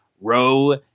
row